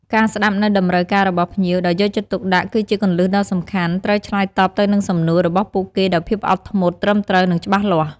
ការស្តាប់នូវតម្រូវការរបស់ភ្ញៀវ ដោយយកចិត្តទុកដាក់ គឺជាគន្លឹះដ៏សំខាន់ ត្រូវឆ្លើយតបទៅនឹងសំណួរ របស់ពួកគេដោយភាពអត់ធ្មត់ ត្រឹមត្រូវ និងច្បាស់លាស់។